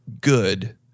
good